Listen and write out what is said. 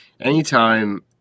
anytime